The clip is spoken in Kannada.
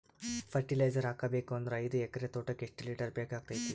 ಫರಟಿಲೈಜರ ಹಾಕಬೇಕು ಅಂದ್ರ ಐದು ಎಕರೆ ತೋಟಕ ಎಷ್ಟ ಲೀಟರ್ ಬೇಕಾಗತೈತಿ?